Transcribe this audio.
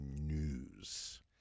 news